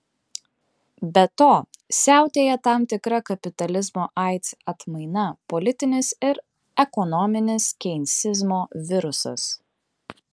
be to siautėja tam tikra kapitalizmo aids atmaina politinis ir ekonominis keinsizmo virusas